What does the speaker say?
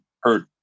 hurt